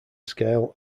scale